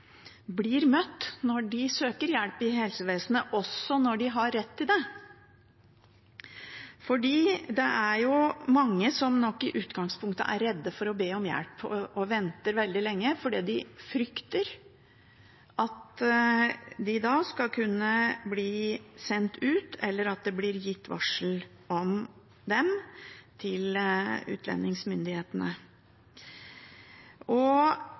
blir møtt når de søker hjelp i helsevesenet, også når de har rett til det, for det er mange som nok i utgangspunktet er redde for å be om hjelp og venter veldig lenge, fordi de frykter at de da skal kunne bli sendt ut, eller at det blir gitt varsel om dem til utlendingsmyndighetene.